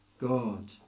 God